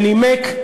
שנימק.